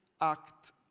act